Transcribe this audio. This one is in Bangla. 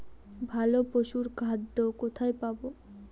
ভালো পশুর খাদ্য কোথায় পাবো?